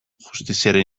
justiziaren